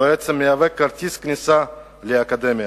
שבעצם מהווה כרטיס כניסה לאקדמיה.